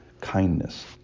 kindness